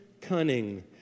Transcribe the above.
cunning